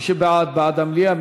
מי שבעד, בעד המליאה.